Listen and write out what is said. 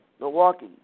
Milwaukee